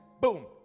Boom